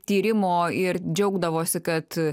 tyrimo ir džiaugdavosi kad